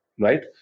Right